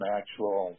actual